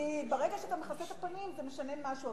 כי ברגע שאתה מכסה את הפנים, זה משנה משהו.